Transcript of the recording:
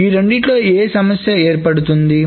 ఈ రెండింటిలో ఏ సమస్య ఏర్పడుతుంది